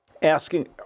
Asking